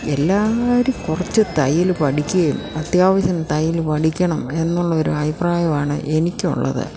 എല്ലാവരും കുറച്ച് തയ്യൽ പഠിക്കുകയും അത്യാവശ്യം തയ്യൽ പഠിക്കണം എന്നുള്ളൊരു അഭിപ്രായമാണ് എനിക്കുള്ളത്